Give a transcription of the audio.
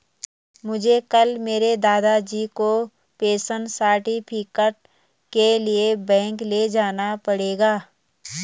मुझे कल मेरे दादाजी को पेंशन सर्टिफिकेट के लिए बैंक ले जाना पड़ेगा